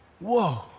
Whoa